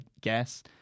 guess